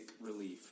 relief